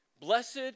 blessed